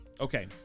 Okay